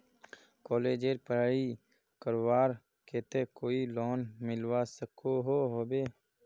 कॉलेजेर पढ़ाई करवार केते कोई लोन मिलवा सकोहो होबे?